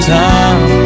time